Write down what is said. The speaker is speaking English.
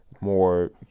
more